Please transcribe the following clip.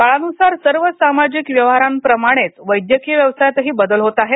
काळान्सार सर्व सामाजिक व्यवहारांप्रमाणेच वैद्यकीय व्यवसायातही बदल होत आहेत